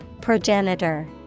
Progenitor